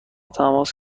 تماس